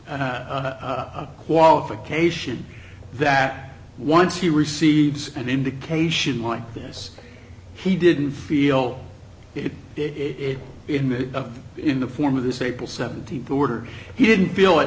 a qualification that once he receives an indication like this he didn't feel it it in the in the form of this april seventeenth order he didn't feel it